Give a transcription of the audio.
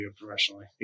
professionally